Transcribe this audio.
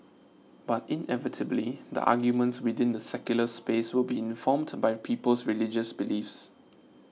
but inevitably the arguments within the secular space will be informed by people's religious beliefs